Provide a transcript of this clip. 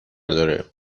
داره